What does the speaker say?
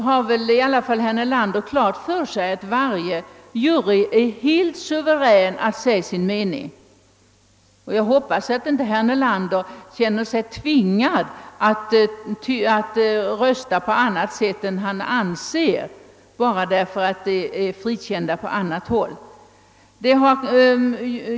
Men herr Nelander har väl ändå klart för sig att varje jury är helt suverän att uttala sin mening. Jag hoppas att herr Nelander inte känner sig tvingad att rösta på annat sätt än han anser vara riktigt bara därför att vissa alster blivit frikända på annat håll.